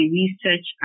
research